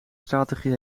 strategie